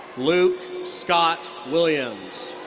luke scott williams.